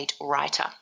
Writer